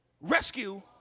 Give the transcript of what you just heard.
rescue